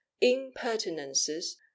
impertinences